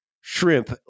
shrimp